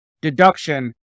deduction